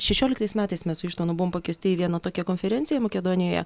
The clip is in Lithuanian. šešioliktais metais mes su ištvanu buvom pakviesti į vieną tokią konferenciją makedonijoje